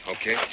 Okay